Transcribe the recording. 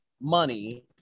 money